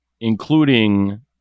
including